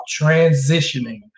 transitioning